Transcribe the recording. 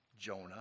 Jonah